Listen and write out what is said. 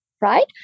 Right